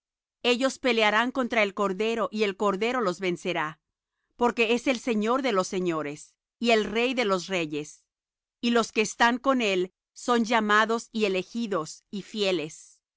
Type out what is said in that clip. ellos pelearán contra el cordero y el cordero los vencerá porque es el señor de los señores y el rey de los reyes y los que están con él son llamados y elegidos y fieles